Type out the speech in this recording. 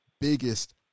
biggest